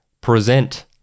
present